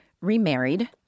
remarried